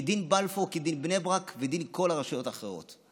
כי דין בלפור כדין בני ברק כדין כל הרשויות האחרות.